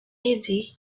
easy